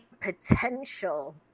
potential